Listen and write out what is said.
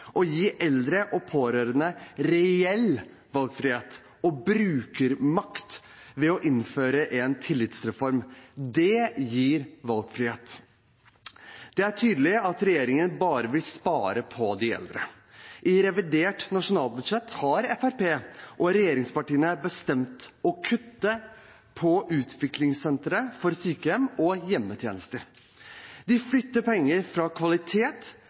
gi eldre og pårørende reell valgfrihet og brukermakt ved å innføre en tillitsreform. Det gir valgfrihet. Det er tydelig at regjeringen bare vil spare på de eldre. I revidert nasjonalbudsjett har Fremskrittspartiet og regjeringspartiene bestemt å kutte på utviklingssentre for sykehjem og hjemmetjenester. De flytter penger fra kvalitet